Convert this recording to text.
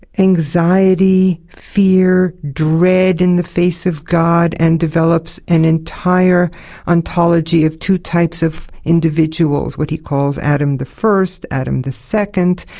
anxiety, fear, dread in the face of god, and develops an entire ontology of two types of individuals what he calls adam the first, adam the second,